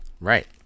Right